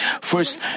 First